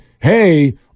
hey